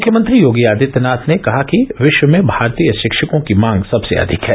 मुख्यमंत्री योगी आदित्यनाथ ने कहा कि विश्व में भारतीय शिक्षकों की मांग सबसे अधिक है